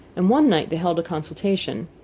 and one night they held a consultation.